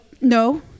no